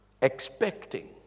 expecting